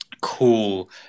cool